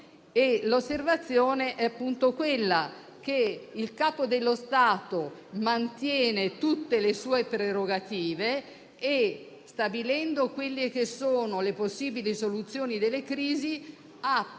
l'osservazione è appunto quella che il Capo dello Stato mantiene tutte le sue prerogative e, stabilendo le possibili soluzioni delle crisi,